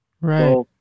right